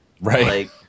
Right